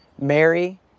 Mary